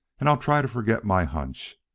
and i'll try to forget my hunch.